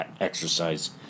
exercise